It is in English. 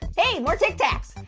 hey, more tic tacs.